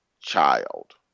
child